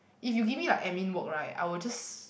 if you give me like admin work right I will just